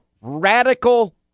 radical